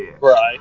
Right